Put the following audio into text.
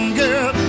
girl